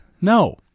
No